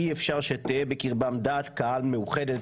אי-אפשר שתהא בקרבם דעת קהל מאוחדת,